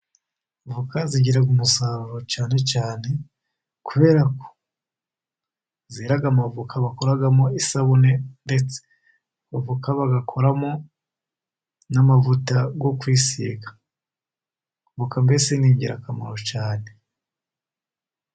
Avoka zigira umusaruro cyane cyane, kubera ko zera amavoka bakoramo isabune, ndetse avoka bakoramo n'amavuta yo kwisiga, avoka mbese ni ingirakamaro cyane.